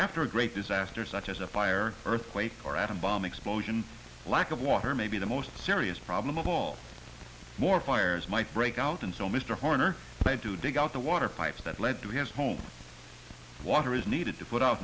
after a great disaster such as a fire earthquake or atom bomb explosion lack of water maybe the most serious problem of all more fires might break out and so mr horner had to dig out the water pipes that lead to his home water is needed to put